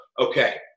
okay